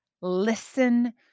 listen